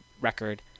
record